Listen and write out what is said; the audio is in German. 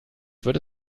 würde